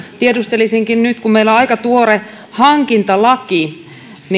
tiedustelisinkin nyt kun meillä on aika tuore hankintalaki